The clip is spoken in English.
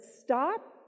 stop